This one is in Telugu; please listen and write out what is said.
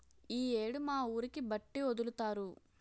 ఈ యేడు మా ఊరికి బట్టి ఒదులుతారు